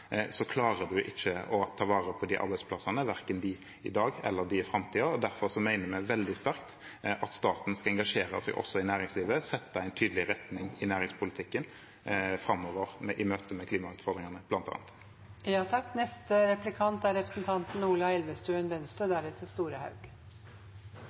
klarer man ikke å ta vare på arbeidsplassene, verken de i dag eller de i framtiden. Derfor mener vi veldig sterkt at staten skal engasjere seg også i næringslivet og sette en tydelig retning i næringspolitikken framover i møte med klimautfordringene,